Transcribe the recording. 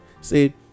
say